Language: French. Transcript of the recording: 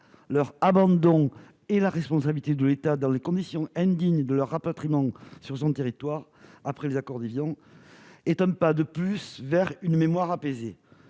leur abandon et la responsabilité de l'État dans les conditions indignes de leur rapatriement après les accords d'Évian, est un pas de plus vers une mémoire apaisée.